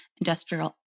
industrial